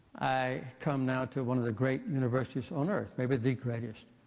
i come now to one of the great universities on earth, maybe the greatest.